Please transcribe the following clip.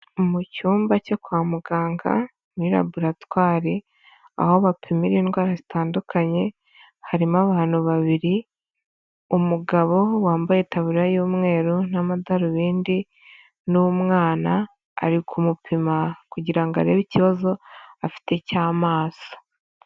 Mu cyumba cyo kwa muganga, muri laboratwari, aho bapimira indwara zitandukanye, harimo abantu babiri, umugabo wambaye itaburiya y'umweru n'amadarubindi n'umwana, ari kumupima kugira ngo arebe ikibazo afite cy'amaso.